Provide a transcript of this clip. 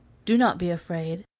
do not be afraid,